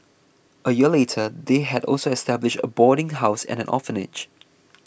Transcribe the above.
a year later they had also established a boarding house and an orphanage